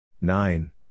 nine